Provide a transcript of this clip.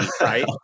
right